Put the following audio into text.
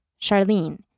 Charlene